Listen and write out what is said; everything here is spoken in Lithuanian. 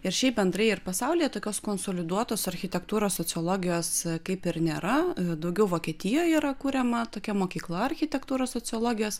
ir šiaip bendrai ir pasaulyje tokios konsoliduotos architektūros sociologijos kaip ir nėra daugiau vokietijoj yra kuriama tokia mokykla architektūros sociologijos